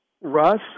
Russ